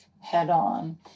head-on